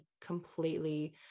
completely